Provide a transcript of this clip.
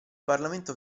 parlamento